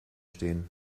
stehen